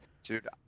Dude